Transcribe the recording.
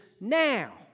now